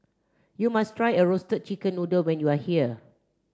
you must try a roasted chicken noodle when you are here